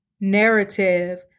narrative